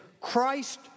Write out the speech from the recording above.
Christ